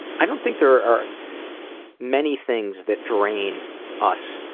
i don't think there are many things that drain us,